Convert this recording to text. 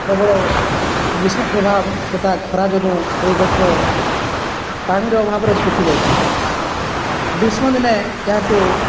ପ୍ରବଳ ଗ୍ରୀଷ୍ମ ପ୍ରଭାବ ତଥା ଖରା ଯୋଗୁଁ ଏ ଗଛ ପାଣିର ଅଭାବରେ ଶୁଖିଯାଇଥାଏ ଗ୍ରୀଷ୍ମ ଦିନେ ଏହାକୁ